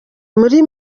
muri